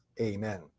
Amen